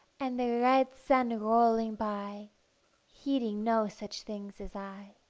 and the round sun rolling by heeding no such things as i.